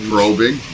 Probing